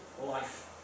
life